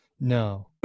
No